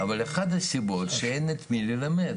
אבל אחת הסיבות, שאין את מי ללמד.